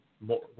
more